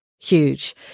huge